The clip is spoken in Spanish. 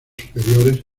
superiores